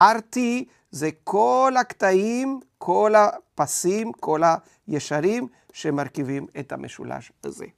RT זה כל הקטעים, כל הפסים, כל הישרים שמרכיבים את המשולש הזה.